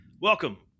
Welcome